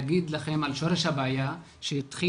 לפני שנולד.